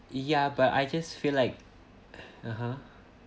ya but I just feel like (uh huh)